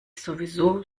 sowieso